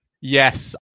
Yes